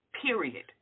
period